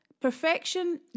Perfection